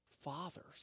fathers